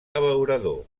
abeurador